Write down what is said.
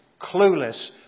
clueless